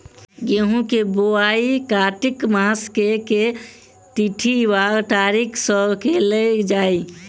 गेंहूँ केँ बोवाई कातिक मास केँ के तिथि वा तारीक सँ कैल जाए?